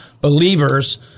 believers